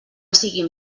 siguin